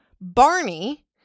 Barney